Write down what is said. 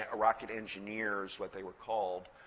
ah rocket engineer is what they were called.